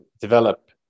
develop